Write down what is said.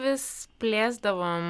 vis plėsdavom